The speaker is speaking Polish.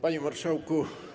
Panie Marszałku!